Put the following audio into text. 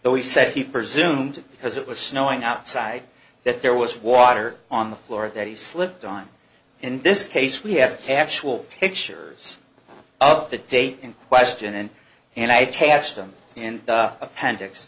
though he said he presumed because it was snowing outside that there was water on the floor that he slipped on in this case we have actual pictures of the date in question and i attached them in appendix